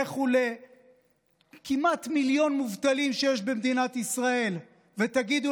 לכו לכמעט מיליון מובטלים שיש במדינת ישראל ותגידו